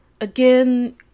again